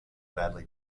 badly